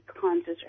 conscious